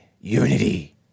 unity